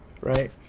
Right